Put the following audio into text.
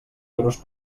euros